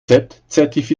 zertifiziert